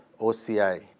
OCI